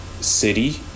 City